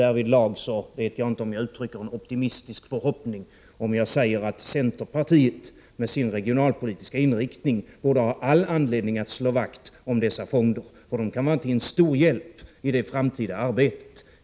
Jag vet inte om jag är optimistisk när jag säger att jag hoppas att centerpartiet med dess regionalpolitiska inriktning borde ha all anledning att slå vakt om dessa fonder. De kan vara till stor hjälp i det framtida arbetet.